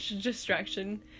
distraction